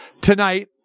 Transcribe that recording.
tonight